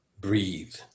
breathe